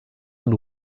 und